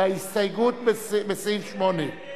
אני